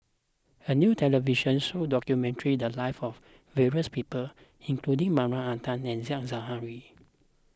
a new television show documented the lives of various people including Marie Ethel Bong and Said Zahari